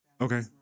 Okay